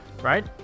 Right